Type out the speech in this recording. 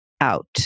out